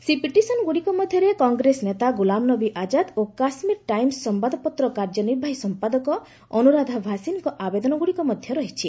ସେହି ପିଟିସନ୍ଗୁଡ଼ିକ ମଧ୍ୟରେ କଂଗ୍ରେସ ନେତା ଗୁଲାମ୍ ନବୀ ଆଜାଦ୍ ଓ 'କାଶ୍ମୀର ଟାଇମ୍ସ' ସମ୍ପାଦପତ୍ର କାର୍ଯ୍ୟନିର୍ବାହୀ ସମ୍ପାଦକ ଅନୁରାଧା ଭାସିନ୍ଙ୍କ ଆବେଦନଗ୍ରଡ଼ିକ ମଧ୍ୟ ରହିଛି